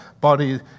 body